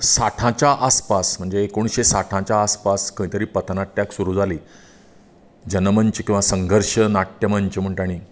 साठाच्या आसपास म्हणजे एकोणशे साठाच्या आसपास खंयतरी पथनाट्याक सुरू जाली जेन्ना मंच किंवा संघर्श नाट्य मंच म्हूण तांणी